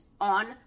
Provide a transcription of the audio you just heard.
on